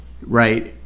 right